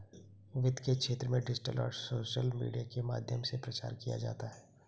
वित्त के क्षेत्र में डिजिटल और सोशल मीडिया के माध्यम से प्रचार किया जाता है